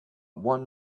one